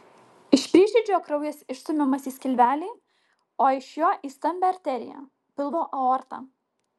iš prieširdžio kraujas išstumiamas į skilvelį o iš jo į stambią arteriją pilvo aortą